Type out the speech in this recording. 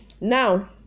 now